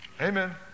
Amen